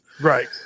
Right